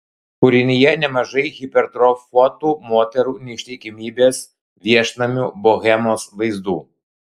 kūrinyje nemažai hipertrofuotų moterų neištikimybės viešnamių bohemos vaizdų